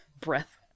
breath